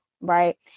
right